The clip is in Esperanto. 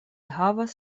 havas